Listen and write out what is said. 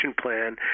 plan